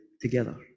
together